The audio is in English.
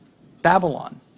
Babylon